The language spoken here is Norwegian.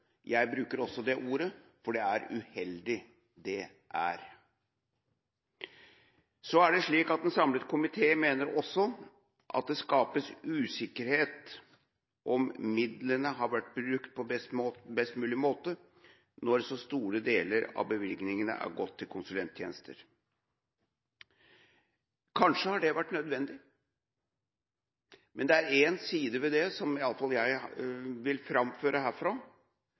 Jeg bruker også det ordet, for det er uheldig det er. Så er det slik at en samlet komité også mener at det skapes usikkerhet ved om midlene har vært brukt på best mulig måte når så store deler av bevilgningene er gått til konsulenttjenester. Kanskje har det vært nødvendig. Men det er én side ved det som iallfall jeg vil framføre herfra,